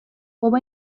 بابا